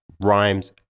Rhymes